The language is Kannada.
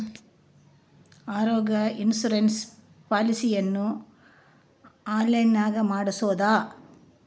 ಆರೋಗ್ಯ ಇನ್ಸುರೆನ್ಸ್ ಪಾಲಿಸಿಯನ್ನು ಆನ್ಲೈನಿನಾಗ ಮಾಡಿಸ್ಬೋದ?